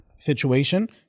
situation